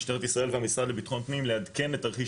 משטרת ישראל והמשרד לביטחון פנים לעדכן את תרחיש